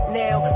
now